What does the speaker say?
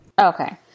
Okay